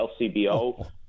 LCBO